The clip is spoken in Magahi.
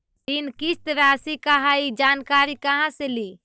ऋण किस्त रासि का हई जानकारी कहाँ से ली?